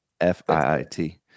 f-i-i-t